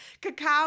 Cacao